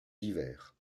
divers